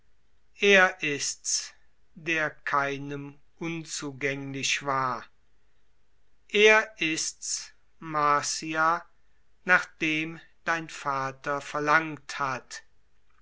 er ist's der keinem unzugänglich war er ist's marcia nach dem dein vater verlangt hat